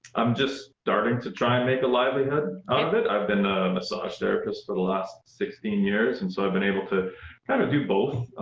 i'm just starting to try and make a livelihood out of it. i've been a massage therapist for the last sixteen years, and so i've been able to kind of do both,